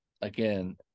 again